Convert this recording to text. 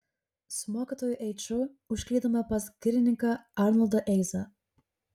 su mokytoju eiču užklydome pas girininką arnoldą eizą